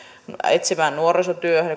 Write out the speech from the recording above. etsivään nuorisotyöhön